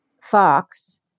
Fox